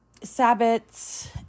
sabbats